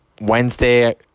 Wednesday